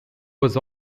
was